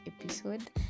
episode